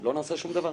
שלא נעשה שום דבר.